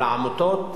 על העמותות,